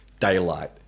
daylight